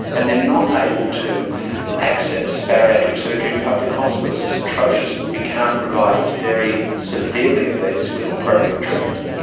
and they are not able to access bariatric surgery in public hospitals. it's atrocious that we can't provide the very severely obese with appropriate treatment.